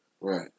Right